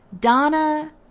Donna